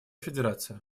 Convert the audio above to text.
федерация